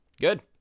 good